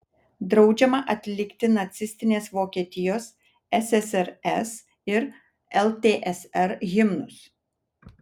draudžiama atlikti nacistinės vokietijos ssrs ir ltsr himnus